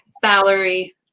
salary